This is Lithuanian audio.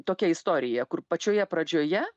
tokia istorija kur pačioje pradžioje